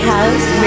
House